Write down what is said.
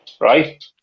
right